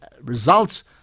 results